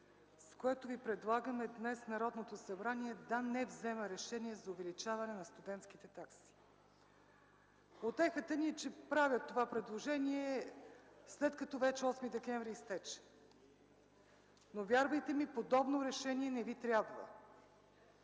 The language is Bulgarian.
с което Ви предлагаме днес Народното събрание да не взема решение за увеличаване на студентските такси. Утехата ни е, че правя това предложение, след като вече 8 декември изтече, но, вярвайте ми, подобно решение не Ви трябва.